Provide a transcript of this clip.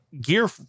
gear